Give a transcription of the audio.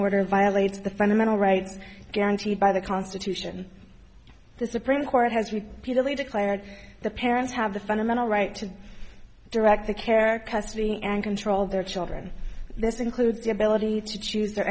order violates the fundamental rights guaranteed by the constitution the supreme court has we really declared the parents have the fundamental right to direct the care custody and control of their children this includes the ability to choose their